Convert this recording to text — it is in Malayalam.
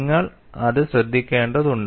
നിങ്ങൾ അത് ശ്രദ്ധിക്കേണ്ടതുണ്ട്